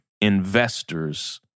investors